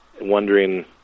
wondering